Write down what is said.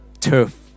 turf